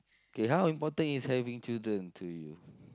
okay how important is having children to you